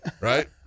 Right